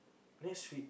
next week